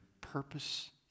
purpose